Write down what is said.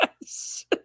Yes